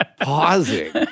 pausing